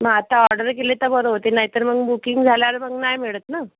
आता ऑर्डर केले तर बरं होतील नाही तर मग बुकिंग झाल्यावर मग नाही मिळत ना